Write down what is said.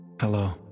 Hello